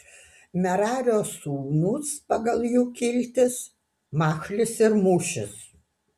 merario sūnūs pagal jų kiltis machlis ir mušis